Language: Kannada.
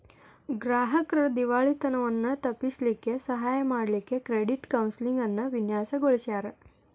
ಗ್ರಾಹಕ್ರ್ ದಿವಾಳಿತನವನ್ನ ತಪ್ಪಿಸ್ಲಿಕ್ಕೆ ಸಹಾಯ ಮಾಡ್ಲಿಕ್ಕೆ ಕ್ರೆಡಿಟ್ ಕೌನ್ಸೆಲಿಂಗ್ ಅನ್ನ ವಿನ್ಯಾಸಗೊಳಿಸ್ಯಾರ್